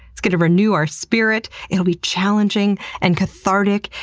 it's gonna renew our spirit. it'll be challenging, and cathartic,